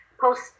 post